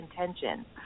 intention